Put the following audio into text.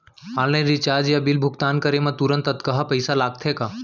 Online recharge या bill भुगतान करे मा तुरंत अक्तहा पइसा लागथे का?